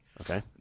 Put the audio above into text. Okay